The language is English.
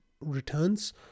returns